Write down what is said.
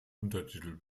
untertitel